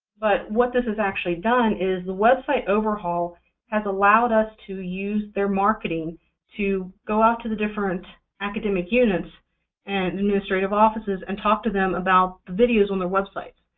but what this has actually done is the website overhaul has allowed us to use their marketing to go out to the different academic units and administrative offices and talk to them about videos on their website.